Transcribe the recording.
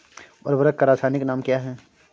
उर्वरक का रासायनिक नाम क्या है?